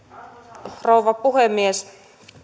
arvoisa rouva puhemies